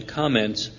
comments